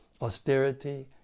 Austerity